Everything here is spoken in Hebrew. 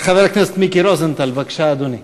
חבר הכנסת מיקי רוזנטל, בבקשה, אדוני.